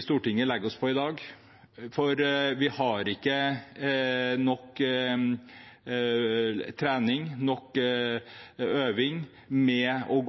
Stortinget legger oss på i dag. Man har ikke nok trening, nok øving,